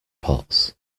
pots